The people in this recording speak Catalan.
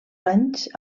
anys